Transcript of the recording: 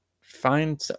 Find